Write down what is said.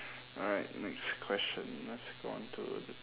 alright next question let's go on to d~